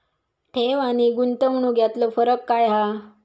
ठेव आनी गुंतवणूक यातलो फरक काय हा?